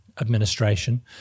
administration